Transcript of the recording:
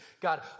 God